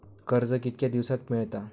कर्ज कितक्या दिवसात मेळता?